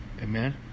Amen